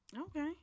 Okay